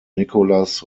nicolas